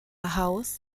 house